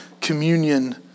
communion